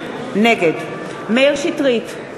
נגד מאיר שטרית,